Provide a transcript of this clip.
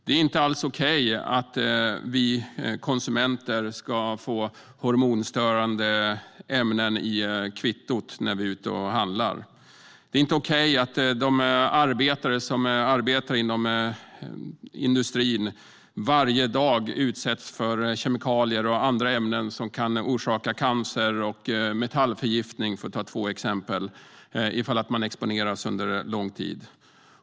Det är inte alls okej att vi konsumenter ska få hormonstörande ämnen från kvittot när vi är ute och handlar. Det är inte okej att de arbetare som arbetar inom industrin varje dag utsätts för kemikalier och andra ämnen som kan orsaka cancer och metallförgiftning, för att ta två exempel, om man exponeras för dem under lång tid.